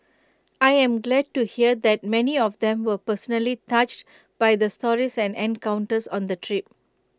I am glad to hear that many of them were personally touched by the stories and encounters on the trip